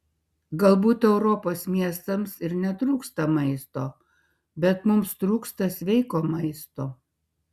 galbūt europos miestams ir netrūksta maisto bet mums trūksta sveiko maisto